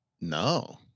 No